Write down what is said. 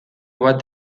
bat